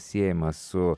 siejamas su